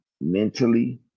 mentally